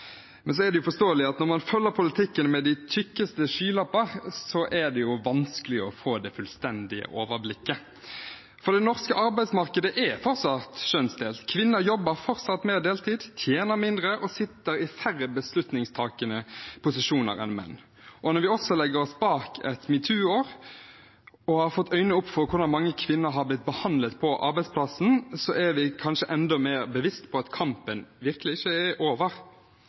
Men det er forståelig at når man følger politikken med de tykkeste skylappene, er det vanskelig å få det fullstendige overblikket. Det norske arbeidsmarkedet er fortsatt kjønnsdelt. Kvinner jobber fortsatt mer deltid, tjener mindre og sitter i færre beslutningstakende posisjoner enn menn. Og når vi også legger bak oss et metoo-år, og har fått øynene opp for hvordan mange kvinner er blitt behandlet på arbeidsplassen, er vi kanskje enda mer bevisst på at kampen virkelig ikke er over.